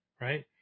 Right